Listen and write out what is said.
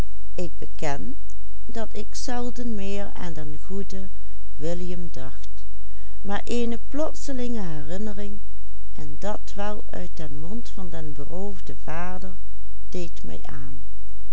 eene plotselinge herinnering en dat wel uit den mond van den beroofden vader deed mij aan